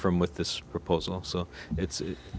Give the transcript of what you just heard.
from with this proposal so it's